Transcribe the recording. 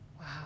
Wow